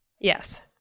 Yes